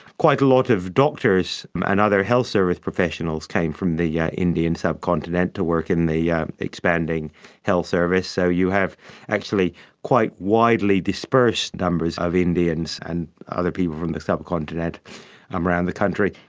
quite a lot of doctors and other health service professionals came from the yeah indian subcontinent to work in the yeah expanding health service, so you have actually quite widely disbursed numbers of indians and other people from the subcontinent um around the country.